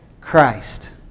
Christ